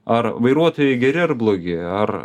ar vairuotojai geri ar blogi ar